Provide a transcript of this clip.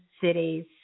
cities